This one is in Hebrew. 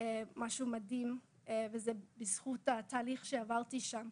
משהו מדהים וזה רק בזכות התהליך שאני עברתי שם.